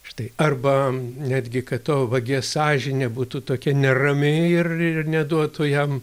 štai arba netgi kad to vagies sąžinė būtų tokia nerami ir neduotų jam